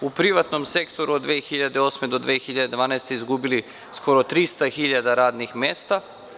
U privatnom sektoru od 2008. do 2012. smo izgubili skoro 300.000 radnih mesta.